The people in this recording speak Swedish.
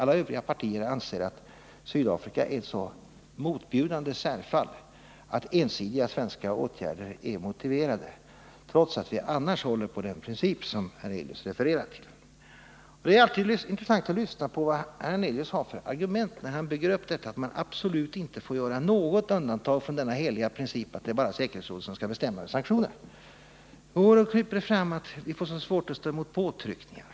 Alla övriga partier anser att Sydafrika är ett så motbjudande särfall att ensidiga svenska åtgärder är motiverade, trots att vi annars håller på den princip som Allan Hernelius refererar till. Det är alltid intressant att lyssna på vad Allan Hernelius har för argument, när han bygger upp detta att man absolut inte får göra något undantag från denna heliga princip att det bara är säkerhetsrådet som skall bestämma över sanktionerna. Det kryper fram att vi får så svårt att stå emot påtryckningar.